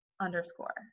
underscore